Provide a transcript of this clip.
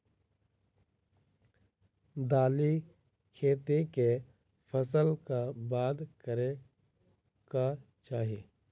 दालि खेती केँ फसल कऽ बाद करै कऽ चाहि?